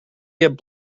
get